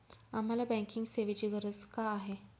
आम्हाला बँकिंग सेवेची गरज का आहे?